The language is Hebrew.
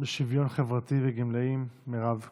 לשוויון חברתי וגמלאים מירב כהן.